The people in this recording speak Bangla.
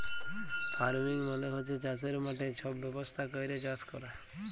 ফার্মিং মালে হছে চাষের মাঠে ছব ব্যবস্থা ক্যইরে চাষ ক্যরা